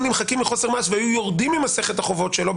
נמחקים מחוסר מעש והיו יורדים ממסכת החובות שלו,